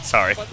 Sorry